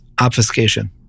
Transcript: obfuscation